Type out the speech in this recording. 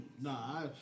Nah